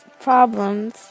problems